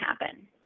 happen